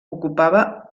ocupava